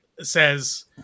says